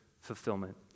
fulfillment